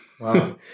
Wow